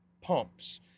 pumps